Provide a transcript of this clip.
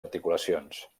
articulacions